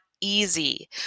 easy